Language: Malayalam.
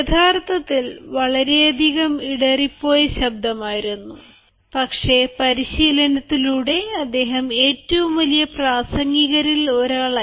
യഥാർത്ഥത്തിൽ വളരെയധികം ഇടറിപ്പോയ ശബ്ദമായിരുന്നു പക്ഷേ പരിശീലനത്തിലൂടെ അദ്ദേഹം ഏറ്റവും വലിയ പ്രാസംഗികരിൽ ഒരാൾ ആയി